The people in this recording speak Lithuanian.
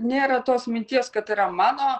nėra tos minties kad yra mano